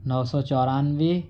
نو سو چورانوے